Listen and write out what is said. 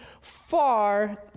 far